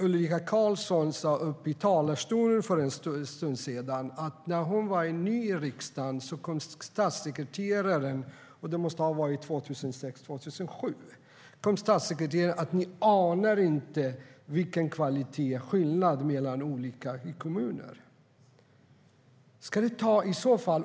Ulrika Carlsson, din kollega, sa i talarstolen för en stund sedan att när hon var ny i riksdagen - det måste ha varit 2006-2007 - kom statssekreteraren och sa: Ni anar inte vilken kvalitetsskillnad det är mellan olika kommuner.